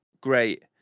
great